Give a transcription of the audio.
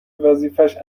وظیفهش